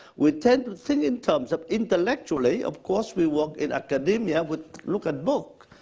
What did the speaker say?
we tend to think in terms of intellectually, of course we will in academia, we look at book.